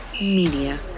Media